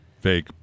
Fake